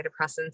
antidepressants